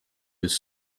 his